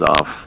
off